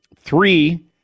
three